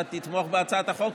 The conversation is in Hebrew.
תתמוך בהצעת החוק,